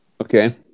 Okay